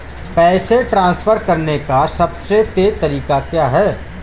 पैसे ट्रांसफर करने का सबसे तेज़ तरीका क्या है?